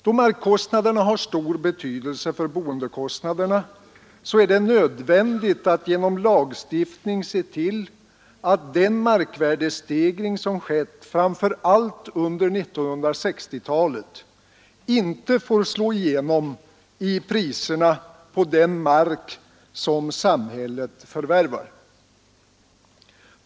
Då markkostnaderna har stor betydelse för boendekostnaderna är det nödvändigt att genom lagstiftning se till att den markvärdestegring som skett framför allt under 1960-talet inte får slå igenom i priserna på den mark samhället förvärvar.